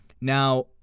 Now